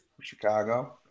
Chicago